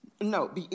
No